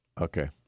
Okay